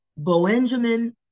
Boenjamin